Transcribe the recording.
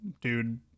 dude